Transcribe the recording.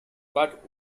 but